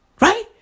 Right